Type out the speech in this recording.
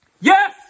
Yes